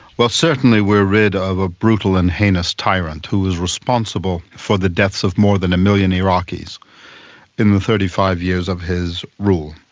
well, certainly we are rid of a brutal and heinous tyrant who was responsible for the deaths of more than a million iraqis in the thirty five years of his rule.